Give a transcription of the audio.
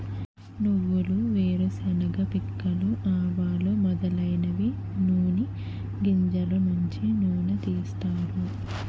నువ్వులు వేరుశెనగ పిక్కలు ఆవాలు మొదలైనవి నూని గింజలు నుంచి నూనె తీస్తారు